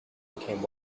became